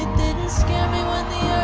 scare me when the